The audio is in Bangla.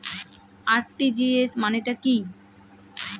আর.টি.জি.এস মানে টা কি?